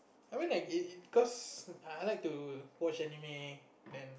I went like it it because I like to watch anime then